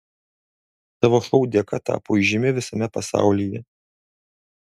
savo šou dėka tapo įžymi visame pasaulyje